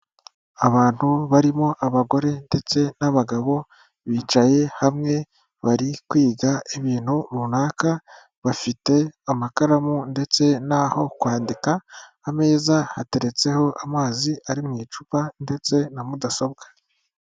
Abantu barimo abagore ndetse n'abagabo, bicaye hamwe bari kwiga ibintu runaka, bafite amakaramu ndetse n'aho kwandika, ameza hateretseho amazi ari mu icupa ndetse na mudasobwa.